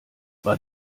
war